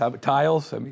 tiles